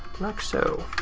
like so.